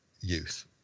youth